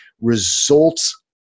results